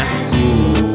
school